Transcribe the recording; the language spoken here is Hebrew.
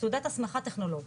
תעודת הסמכה טכנולוגית,